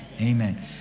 Amen